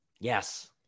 Yes